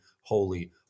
holy